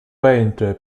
painter